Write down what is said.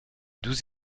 douze